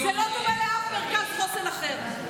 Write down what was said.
זה לא דומה לאף מרכז חוסן אחר.